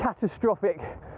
catastrophic